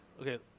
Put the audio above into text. okay